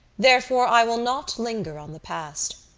therefore, i will not linger on the past.